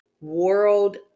world